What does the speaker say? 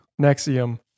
Nexium